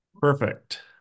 Perfect